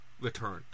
returned